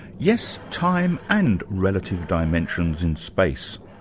yes, time and relative dimensions in space.